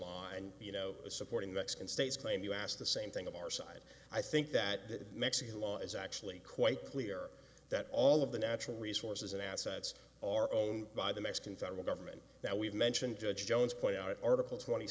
and you know supporting the ex can states claim you asked the same thing of our side i think that the mexican law is actually quite clear that all of the natural resources and assets are owned by the mexican federal government that we've mentioned judge jones point out article twenty